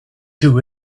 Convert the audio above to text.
two